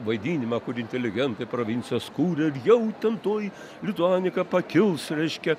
vaidinimą kur inteligentai provincijos kūrė jau ten tuoj lituanika pakils reiškia